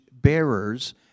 bearers